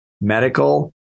medical